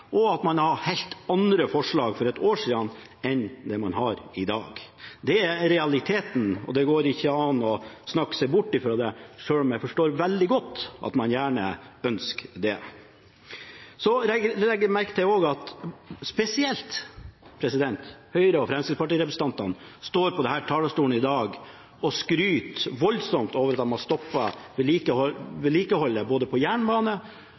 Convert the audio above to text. og at man hadde helt andre forslag for ett år siden enn det man har i dag. Det er realiteten, og det går ikke å snakke seg bort fra det, selv om jeg forstår veldig godt at man gjerne ønsker det. Jeg legger òg merke til at spesielt Høyre- og Fremskrittspartirepresentantene står på denne talerstolen i dag og skryter voldsomt av at de har stoppet vedlikeholdsetterslepet både på jernbane